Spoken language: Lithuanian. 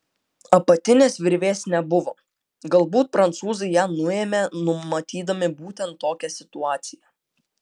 apatinės virvės nebuvo galbūt prancūzai ją nuėmė numatydami būtent tokią situaciją